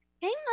Hey